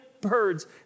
birds